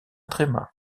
tréma